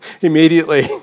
immediately